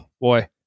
boy